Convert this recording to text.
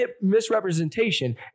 misrepresentation